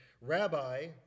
Rabbi